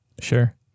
sure